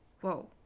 Whoa